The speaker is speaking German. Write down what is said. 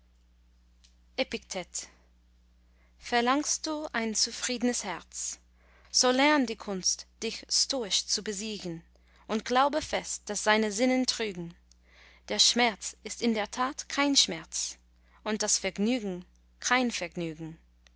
verlangst du ein zufriednes herz so lern die kunst dich stoisch zu besiegen und glaube fest daß deine sinnen trügen der schmerz ist in der tat kein schmerz und das vergnügen kein vergnügen